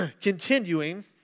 continuing